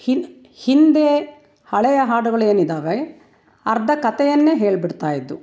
ಹಿಂದೆ ಹಳೆಯ ಹಾಡುಗಳೇನಿದ್ದಾವೆ ಅರ್ಧ ಕಥೆಯನ್ನೆ ಹೇಳ್ಬಿಡ್ತಾಯಿದ್ದವು